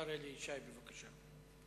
השר אלי ישי, בבקשה.